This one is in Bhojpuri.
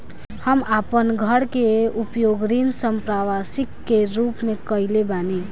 हम आपन घर के उपयोग ऋण संपार्श्विक के रूप में कइले बानी